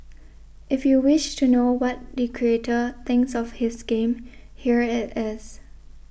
if you wish to know what the creator thinks of his game here it is